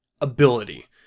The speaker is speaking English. ability